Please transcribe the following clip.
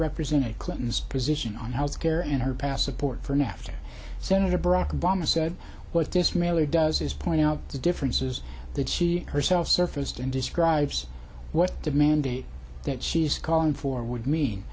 represented clinton's position on health care and her past support for nafta senator barack obama said what this mailer does is point out the differences that she herself surfaced in describes what the mandate that she's calling for would mean